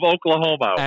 Oklahoma